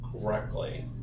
correctly